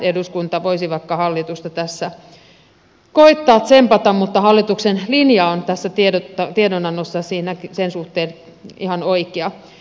eduskunta voisi vaikka hallitusta tässä koettaa tsempata mutta hallituksen linja on tässä tiedonannossa sen suhteen ihan oikea